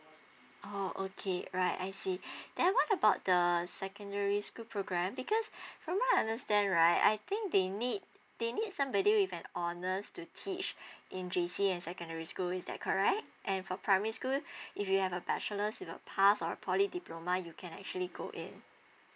orh okay right I see then what about the secondary school program because from what I understand right I think they need they need somebody with an honour to teach in J_C and secondary school is that correct and for primary school if you have a bachelor's in the past or poly diploma you can actually go in